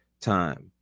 time